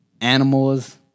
animals